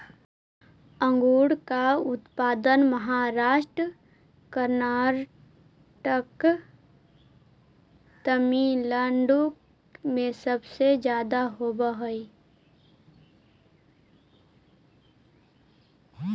अंगूर का उत्पादन महाराष्ट्र, कर्नाटक, तमिलनाडु में सबसे ज्यादा होवअ हई